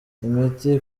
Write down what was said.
imiti